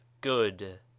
good